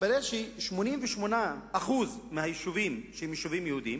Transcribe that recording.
מתברר שב-88% מהיישובים היהודיים